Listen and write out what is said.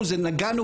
דוד איננו.